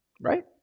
right